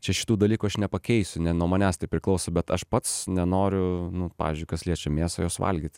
čia šitų dalykų aš nepakeisiu ne nuo manęs tai priklauso bet aš pats nenoriu pavyzdžiui kas liečia mėsą jos valgyt